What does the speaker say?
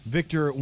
Victor